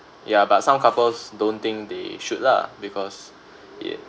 ya but some couples don't think they should lah because it